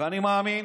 ואני מאמין